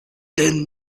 denn